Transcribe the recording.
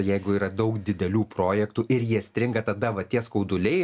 jeigu yra daug didelių projektų ir jie stringa tada va tie skauduliai